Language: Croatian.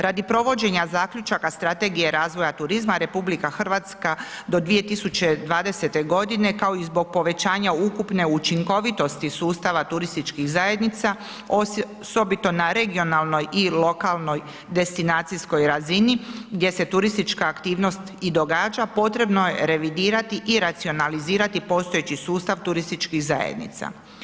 Radi provođenja zaključaka strategije razvoja turizma RH do 2020. g. kao i zbog povećanja ukupne učinkovitosti sustava turističkih zajednica osobito na regionalnoj i lokalnoj destinacijskoj razini gdje se turistička aktivnost i događa, potrebno je revidirati i racionalizirati postojeći sustav turističkih zajednica.